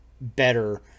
better